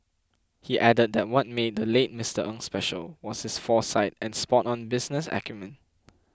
he added that what made the late Mister Ng special was his foresight and spot on business acumen